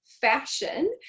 fashion